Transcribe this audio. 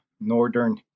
northern